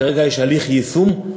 כרגע יש הליך יישום.